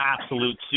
absolute